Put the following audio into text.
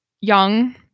young